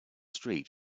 street